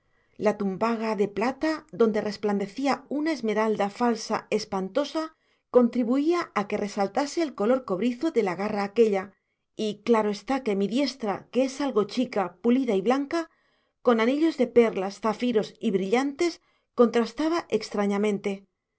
la tumbaga de plata donde resplandecía una esmeralda falsa espantosa contribuía a que resaltase el color cobrizo de la garra aquella y claro está que mi diestra que es algo chica pulida y blanca con anillos de perlas zafiros y brillantes contrastaba extrañamente